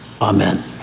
amen